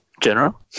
General